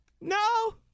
no